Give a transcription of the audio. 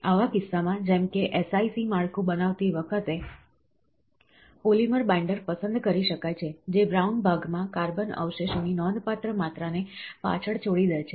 આવા કિસ્સામાં જેમ કે SiC માળખું બનાવતી વખતે પોલિમર બાઈન્ડર પસંદ કરી શકાય છે જે બ્રાઉન ભાગમાં કાર્બન અવશેષોની નોંધપાત્ર માત્રાને પાછળ છોડી દે છે